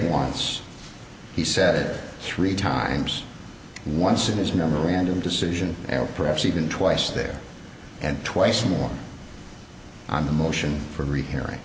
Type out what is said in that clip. once he said it three times once in his memorandum decision or perhaps even twice there and twice more on the motion f